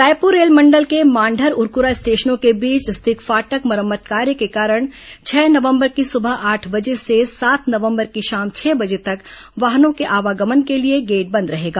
रायपूर रेलमंडल के मांढर उरक़्रा स्टेशनों के बीच स्थित फाटक मरम्मत कार्य के कारण छह नवंबर की सुबह आठ बजे से सात नवंबर की शाम छह बजे तक वाहनों के आवागमन के लिए बंद रहेगा